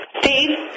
Steve